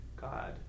God